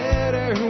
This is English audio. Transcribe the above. Better